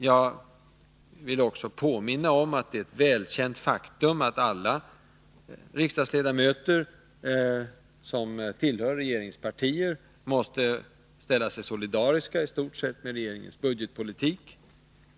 Jag vill också påminna om att det är ett välkänt faktum att alla ledamöter som tillhör regeringspartier måste ställa sig i stort sett solidariska med regeringens budgetpolitik.